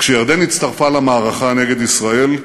כשירדן הצטרפה למערכה נגד ישראל,